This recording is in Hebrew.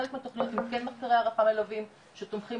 לחלק מהתוכניות יש לנו מחקרי הערכה מלווים שתומכים.